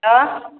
ಹಾಂ